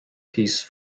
piece